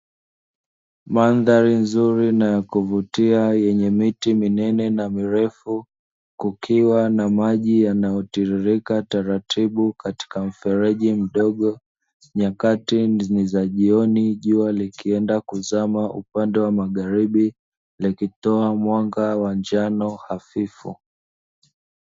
Mandhari nzuri na yakuvutia ya yenye miti minene na mirefu kukiwa na maji yanayo tiririka taratibu katika mfereji mdogo. Nyakati ni za jioni jua likuenda kuzama upande wa magharibi likitoa mwanga wa njano hafifu.